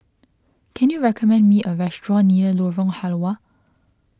can you recommend me a restaurant near Lorong Halwa